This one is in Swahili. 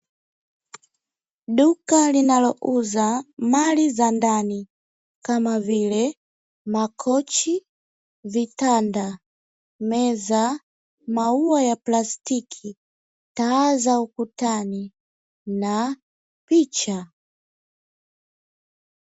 Duka linalouza mali za ndani kama vile makochi, vitanda, meza, maua ya plastiki, taa za ukutani na picha.